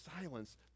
silence